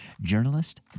journalist